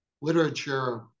literature